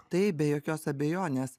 taip be jokios abejonės